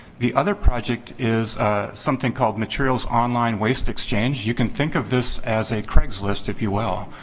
the other project is something called material online waste exchange. you can think of this as a craigslist, if you will.